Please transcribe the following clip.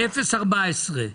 05008014,